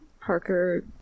Parker